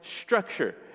structure